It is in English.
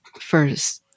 first